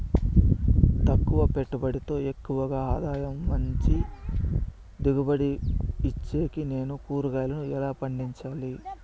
తక్కువ పెట్టుబడితో ఎక్కువగా ఆదాయం మంచి దిగుబడి ఇచ్చేకి నేను కూరగాయలను ఎలా పండించాలి?